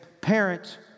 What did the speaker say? parent